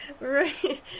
right